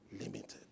limited